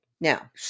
Now